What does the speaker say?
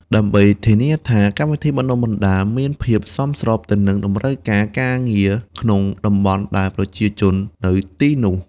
ដើម្បីធានាថាកម្មវិធីបណ្តុះបណ្តាលមានភាពសមស្របទៅនឹងតម្រូវការការងារក្នុងតំបន់ដល់ប្រជាជននៅទីនោះ។